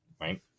right